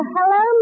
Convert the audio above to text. Hello